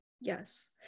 Yes